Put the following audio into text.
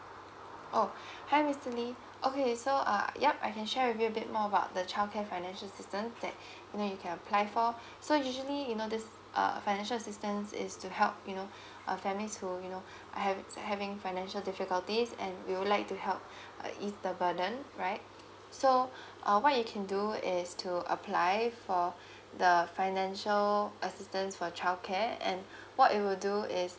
oh hi mr lee okay so uh yup I can share with you a bit more about the childcare financial assistance that you know you can apply for so usually you know this uh financial assistance is to help you know a family who you know uh have having financial difficulties and we would like to help uh is the burden right so uh what you can do is to apply for the financial assistance for childcare and what it will do is